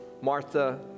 Martha